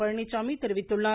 பழனிச்சாமி தெரிவித்துள்ளார்